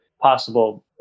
possible